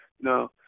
No